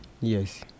Yes